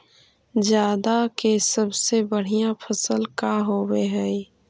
जादा के सबसे बढ़िया फसल का होवे हई?